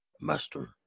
Master